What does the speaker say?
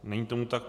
Není tomu tak.